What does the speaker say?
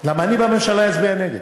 כי אני בממשלה אצביע נגד.